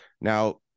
now